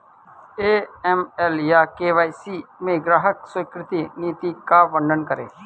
AML या KYC में ग्राहक स्वीकृति नीति का वर्णन करें?